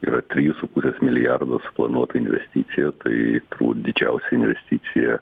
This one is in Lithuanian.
yra trijų su pusės milijardo suplanuota investicija tai didžiausia investicija